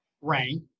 rank